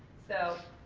so